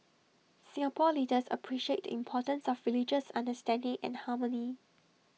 Singapore leaders appreciate the importance of religious understanding and harmony